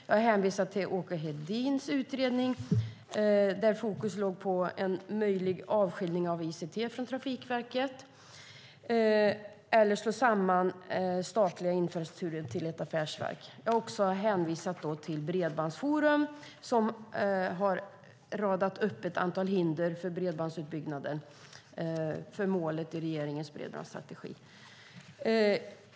Jag har hänvisat till Åke Hedéns utredning, där fokus låg på en möjlig avskiljning av ICT från Trafikverket eller att slå samman den statliga infrastrukturen till ett affärsverk. Jag har också hänvisat till Bredbandsforum, som har radat upp ett antal hinder för bredbandsutbyggnaden och för målen i regeringens bredbandsstrategi.